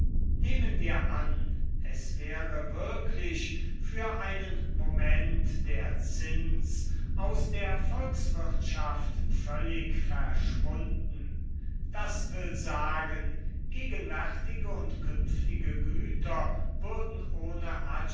nehmen wir an es wäre wirklich für einen moment der zins aus der volkswirtschaft völlig verschwunden das will sagen gegenwärtige und künftige güter würden ohne